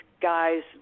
guys